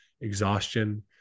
exhaustion